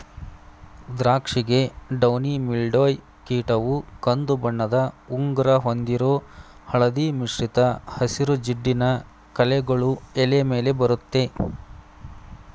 ದ್ರಾಕ್ಷಿಗೆ downy mildew ಕೀಟವು ಕಂದುಬಣ್ಣದ ಉಂಗುರ ಹೊಂದಿರೋ ಹಳದಿ ಮಿಶ್ರಿತ ಹಸಿರು ಜಿಡ್ಡಿನ ಕಲೆಗಳು ಎಲೆ ಮೇಲೆ ಬರತ್ತೆ